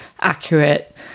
accurate